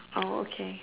oh okay